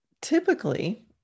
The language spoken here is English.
Typically